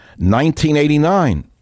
1989